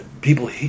people